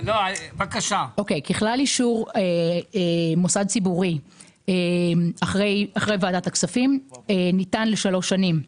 ככלל אישור מוסד ציבורי אחרי ועדת הכספים ניתן לשלוש שנים.